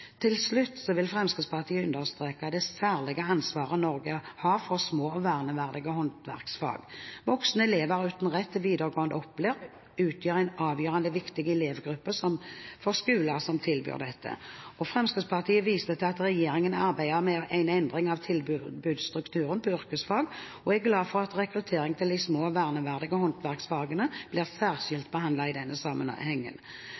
Til slutt vil Fremskrittspartiet understreke det særlige ansvaret Norge har for små og verneverdige håndverksfag. Voksne elever uten rett til videregående opplæring utgjør en avgjørende viktig elevgruppe for skoler som tilbyr dette. Fremskrittspartiet viser til at regjeringen arbeider med en endring av tilbudsstrukturen på yrkesfag, og er glad for at rekruttering til de små og verneverdige håndverksfagene blir